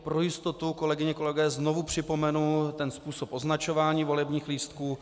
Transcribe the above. Pro jistotu, kolegyně, kolegové, znovu připomenu způsob označování volebních lístků.